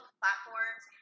platforms